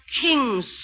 king's